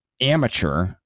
amateur